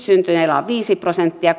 syntyneillä on viisi prosenttia